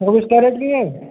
चौबीस केरेट की है